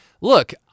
look